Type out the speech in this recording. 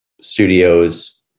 studios